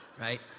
Right